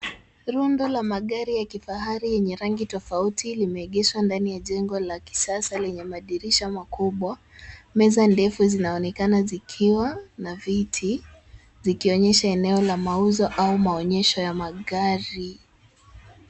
Rundo la magari ya kifahari yenye rangi tofauti limeegeshwa ndani ya jengo la kisasa lenye madirisha makubwa. Meza ndefu zinaonekana zikiwa na viti, zikionyesha eneo la mauzo au maonyesho ya magari.